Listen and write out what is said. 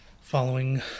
following